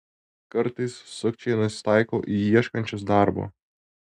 kartais sukčiai nusitaiko į ieškančius darbo